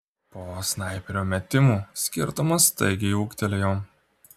po snaiperio metimų skirtumas staigiai ūgtelėjo